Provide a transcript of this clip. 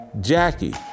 Jackie